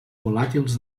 volàtils